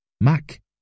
Mac